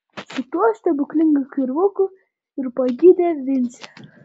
su tuo stebuklingu kirvuku ir pagydė vincę